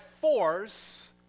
force